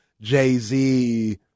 Jay-Z